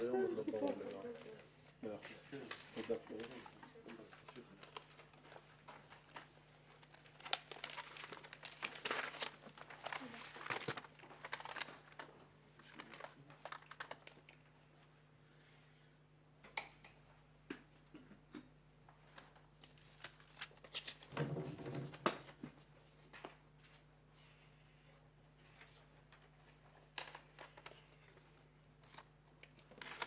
13:13.